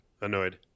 Annoyed